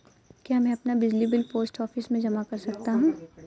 क्या मैं अपना बिजली बिल पोस्ट ऑफिस में जमा कर सकता हूँ?